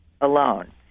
alone